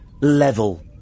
level